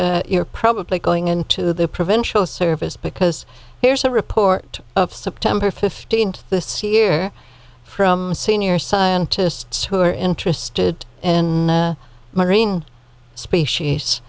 you're probably going into the provincial service because there's a report of september fifteenth this year from senior scientists who are interested in marine species